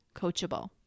coachable